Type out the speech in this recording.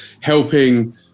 helping